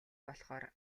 болохоор